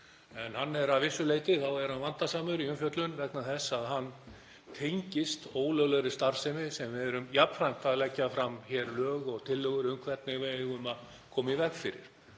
Hann er að vissu leyti vandasamur í umfjöllun vegna þess að hann tengist ólöglegri starfsemi sem við erum jafnframt að leggja fram hér lög og tillögur um hvernig við eigum að koma í veg fyrir.